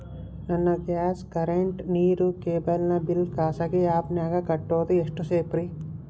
ನನ್ನ gas current, ನೇರು, cable ನ ಬಿಲ್ ಖಾಸಗಿ ಆ್ಯಪ್ ನ್ಯಾಗ್ ಕಟ್ಟೋದು ಎಷ್ಟು ಸೇಫ್ರಿ?